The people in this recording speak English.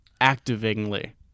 actively